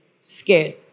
scared